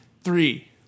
Three